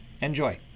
Enjoy